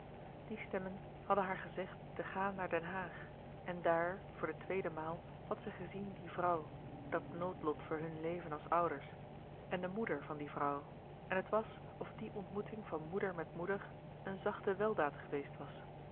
die stemmen hadden haar gezegd te gaan naar den haag en daar voor de tweede maal had zij gezien die vrouw dat noodlot voor hun leven als ouders en de moeder van die vrouw en het was of die ontmoeting van moeder met moeder een zachte weldaad geweest was